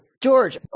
George